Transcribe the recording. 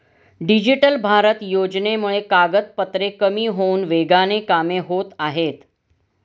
digital Bharat योजनेमुळे कागदपत्रे कमी होऊन वेगाने कामे होत आहेत